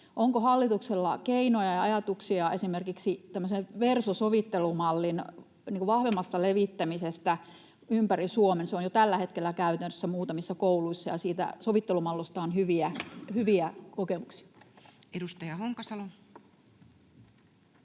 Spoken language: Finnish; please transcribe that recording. onko hallituksella keinoja ja ajatuksia esimerkiksi tämmöisen verso-sovittelumallin vahvemmasta levittämisestä ympäri Suomen? Se on jo tällä hetkellä käytössä muutamissa kouluissa, ja siitä sovittelumallista on hyviä kokemuksia. [Speech 120]